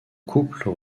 couple